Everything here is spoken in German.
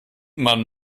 man